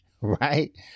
Right